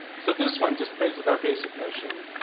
so this one just plays with our basic notion.